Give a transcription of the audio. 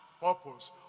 purpose